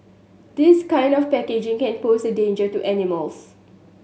this kind of packaging can pose a danger to animals